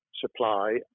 supply